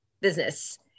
business